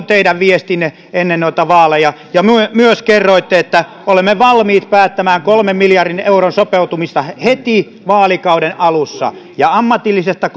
teidän viestinne ennen noita vaaleja ja myös kerroitte että olette valmiit päättämään kolmen miljardin sopeutuksesta heti vaalikauden alussa ja leikkaamaan ammatillisesta